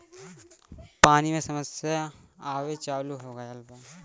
पानी के समस्या आवे चालू हो गयल हौ